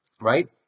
right